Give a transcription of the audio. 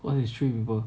what did you remember